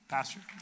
Pastor